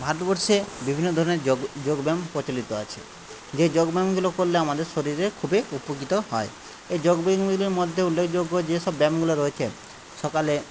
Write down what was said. ভারতবর্ষে বিভিন্ন ধরণের যোগ যোগব্যায়াম প্রচলিত আছে যে যোগব্যায়ামগুলো করলে আমাদের শরীরে খুবই উপকৃত হয় এই যোগব্যায়ামগুলির মধ্যে উল্লেখযোগ্য যে সব ব্যায়ামগুলো রয়েছে সকালে